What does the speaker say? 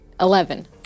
Eleven